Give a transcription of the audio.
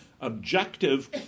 objective